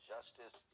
Justice